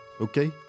Okay